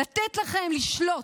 לתת לכם לשלוט,